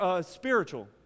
spiritual